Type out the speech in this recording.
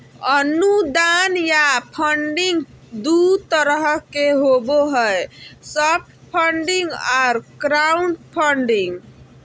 अनुदान या फंडिंग दू तरह के होबो हय सॉफ्ट फंडिंग आर क्राउड फंडिंग